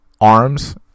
arms